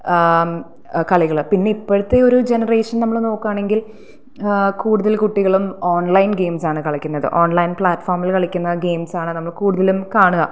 കളികള് പിന്നെ ഇപ്പോഴത്തെ ഒരു ജനറേഷൻ നമ്മള് നോക്കുകയാണെങ്കിൽ കുടുതല് കുട്ടികളും ഓൺലൈൻ ഗെയിംസാണ് കളിക്കുന്നത് ഓൺലൈൻ പ്ലാട്ഫോർമിൽ കളിക്കുന്ന ഗെയിംസാണ് നമ്മ്ള് കുടുതലും കാണുക